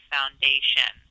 Foundation